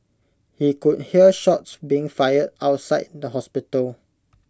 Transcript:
he could hear shots being fired outside the hospital